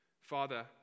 Father